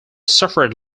suffered